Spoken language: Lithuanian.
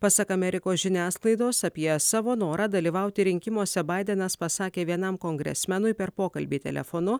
pasak amerikos žiniasklaidos apie savo norą dalyvauti rinkimuose baidenas pasakė vienam kongresmenui per pokalbį telefonu